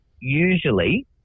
usually